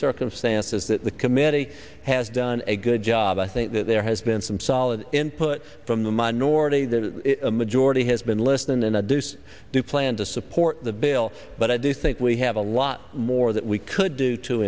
circumstances that the committee has done a good job i think that there has been some solid input from the minority the majority has been less than in a deuce do plan to support the bill but i do think we have a lot more that we could do to